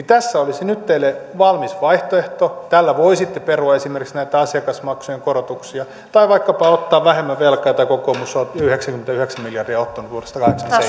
tässä olisi teille nyt valmis vaihtoehto tällä voisitte perua esimerkiksi näitä asiakasmaksujen korotuksia tai vaikkapa ottaa vähemmän velkaa kokoomus on yhdeksänkymmentäyhdeksän miljardia ottanut vuodesta